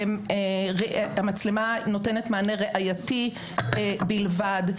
המצלמה נותנת מענה ראייתי בלבד.